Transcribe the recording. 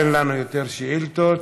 אין לנו יותר שאילתות.